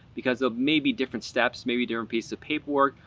because of maybe different steps, maybe different pieces of paperwork,